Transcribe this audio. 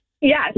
Yes